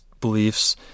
beliefs